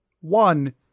One